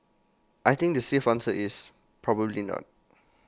I think the safe answer is probably not